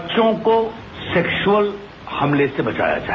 बच्चों को सेक्सुअल हमले से बचाया जाए